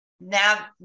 now